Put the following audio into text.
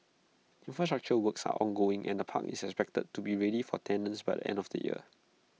infrastructure works are ongoing and the park is expected to be ready for tenants by the end of the year